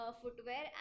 footwear